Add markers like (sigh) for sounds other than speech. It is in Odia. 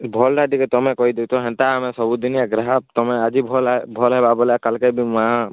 ଭଲ୍ଟା ଟିକେ ତୁମେ କହିଦିଅ ତ ହେନ୍ତା ଆମେ ସବୁ ଦିନିଆ ଗ୍ରାହକ୍ ତୁମେ ଆଜି ଭଲ୍ ଭଲ୍ ହେବା ବୋଲେ କାଲ୍କେ (unintelligible)